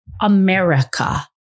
America